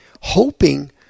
hoping